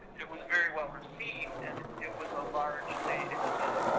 it was very well-received and it was a largely, it was a